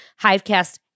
Hivecast